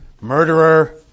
Murderer